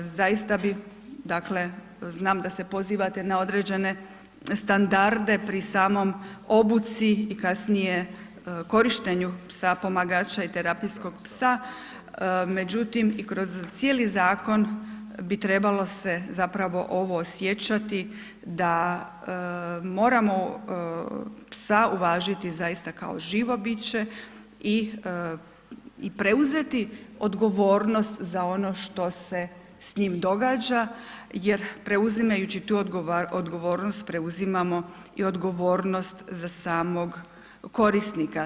Zaista bi, dakle znam da se pozivate na određene standarde pri samoj obuci i kasnije korištenju psa pomagača i terapijskog psa, međutim i kroz cijeli zakon bi trebalo se zapravo ovo osjećati da moramo psa uvažiti kao živo biće i preuzeti odgovornost za ono što se s njim događa jer preuzimajući tu odgovornost, preuzimamo i odgovornost za samog korisnika.